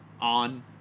on